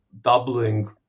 doubling